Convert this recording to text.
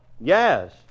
Yes